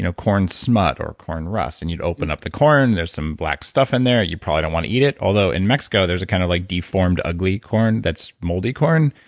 corn smut or corn rust. and you'd open up the corn there's some black stuff in there, you probably don't want to eat it although in mexico, there's a kind of like deformed ugly corn that's moldy corn,